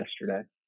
yesterday